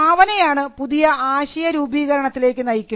ഭാവനയാണ് പുതിയ ആശയ രൂപീകരണത്തിലേക്ക് നയിക്കുന്നത്